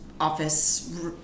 office